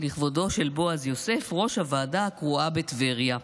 לכבודו של בועז יוסף, ראש הוועדה הקרואה בטבריה.